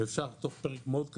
ואפשר תוך פרק זמן מאוד קצר,